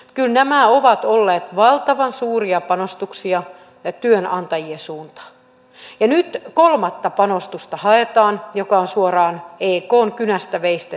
kyllä nämä ovat olleet valtavan suuria panostuksia työnantajien suuntaan ja nyt haetaan kolmatta panostusta joka on suoraan ekn kynästä veistettyä